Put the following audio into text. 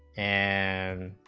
and